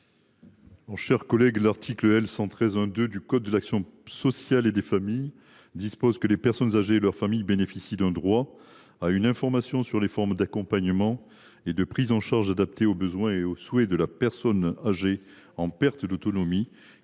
la commission ? L’article L. 113 1 2 du code de l’action sociale et des familles dispose que « les personnes âgées et leurs familles bénéficient d’un droit à une information sur les formes d’accompagnement et de prise en charge adaptées aux besoins et aux souhaits de la personne âgée en perte d’autonomie,